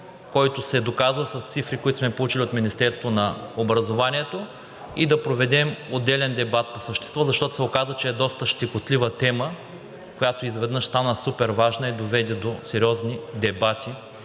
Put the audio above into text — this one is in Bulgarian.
който се доказва с цифри, които сме получили от Министерството на образованието, и да проведем отделен дебат по същество, защото се оказа, че е доста щекотлива тема, която изведнъж стана супер важна и доведе до сериозни дебати